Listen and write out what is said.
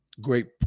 great